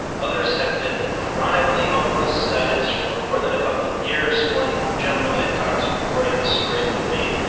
others have been chronically homeless that is for more than a couple of years. one gentleman i talked to reporting this story told me,